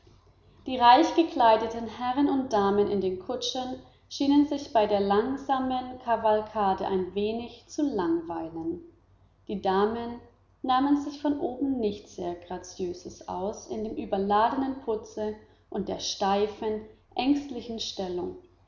die reichgekleideten herren und damen in den kutschen schienen sich bei der langsamen kavalkade ein wenig zu langweilen die damen nahmen sich von oben nicht sehr graziös aus in dem überladenen putze und der steifen ängstlichen stellung